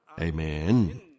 Amen